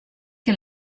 que